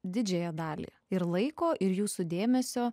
didžiąją dalį ir laiko ir jūsų dėmesio